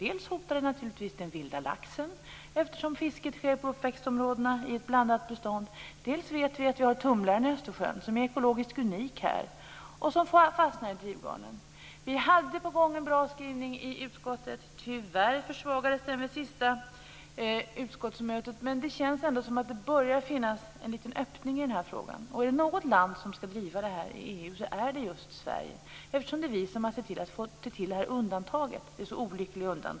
Dels hotar de naturligtvis den vilda laxen eftersom fisket sker på uppväxtområdena på ett blandat bestånd, dels vet vi att vi har tumlaren i Östersjön som är ekologiskt unik här och som fastnar i drivgarnen. Tyvärr försvagades den vid det senaste utskottssammanträdet, men det känns ändå som att det börjar finnas en liten öppning i den här frågan.